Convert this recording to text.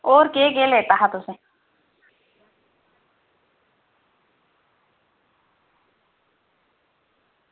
होर केह् केह् लैता हा तुसें